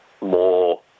more